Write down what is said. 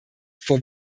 for